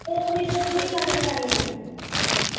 डोगरी डोगरी गाने गाने ऐं